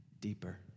deeper